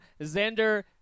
Xander